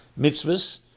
mitzvahs